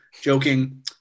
joking